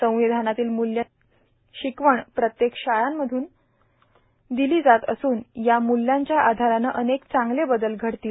सर्मावधानातील मुल्यांची शिकवण प्रत्येक शाळांमधून र्दिलो जात असून या मुल्यांच्या आधाराने अनेक चांगले बदल घडतील